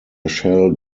shall